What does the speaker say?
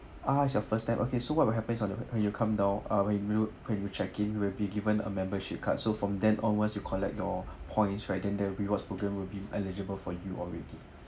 ah is your first time okay so what will happen is on the when you come down ah when you when you check in will be given a membership card so from then onwards you collect your points right then the rewards programme will be eligible for you already